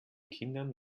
kindern